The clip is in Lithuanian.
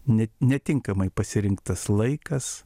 ne netinkamai pasirinktas laikas